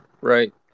Right